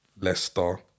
Leicester